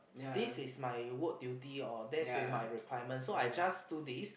this is my work duty or that's in my requirement so I just do this